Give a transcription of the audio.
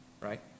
right